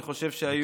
אני חושב שהיו,